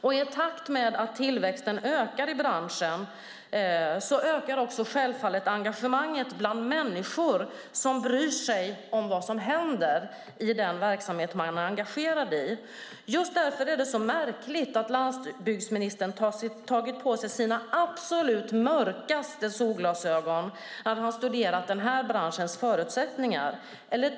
I takt med att tillväxten ökar i branschen ökar också engagemanget bland människor som bryr sig om vad som händer i verksamheten. Just därför är det så märkligt att landsbygdsministern har tagit på sig sina absolut mörkaste solglasögon när han har studerat den här branschens förutsättningar.